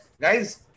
guys